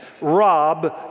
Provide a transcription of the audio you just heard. Rob